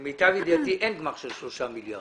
למיטב ידיעתי אין גמ"ח של 3 מיליארד